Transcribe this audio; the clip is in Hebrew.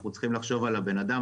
אנחנו צריכים לחשוב על הבן-אדם.